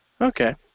Okay